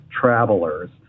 travelers